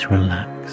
relax